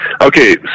okay